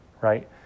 right